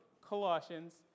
Colossians